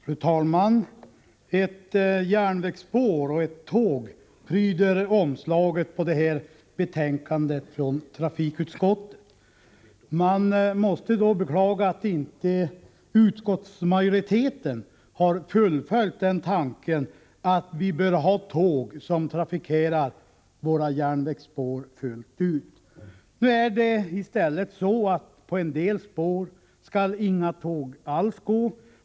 Fru talman! Ett järnvägsspår och ett tåg pryder omslaget på det här betänkandet från trafikutskottet. Man måste beklaga att inte utskottsmajoriteten har fullföljt tanken: att vi bör ha tåg som trafikerar våra järnvägsspår fullt ut. Nu är det i stället så, att inga tåg alls skall gå på en del spår.